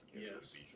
Yes